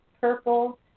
purple